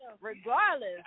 regardless